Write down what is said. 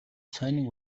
цайны